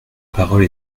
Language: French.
parole